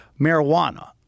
marijuana